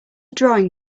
drawing